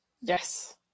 yes